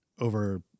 over